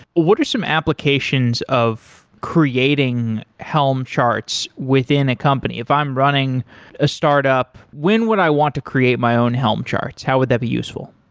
what are some applications of creating helm charts within a company? if i'm running a startup, when would i want to create my own helm charts? how would that be useful?